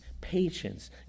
patience